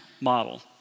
model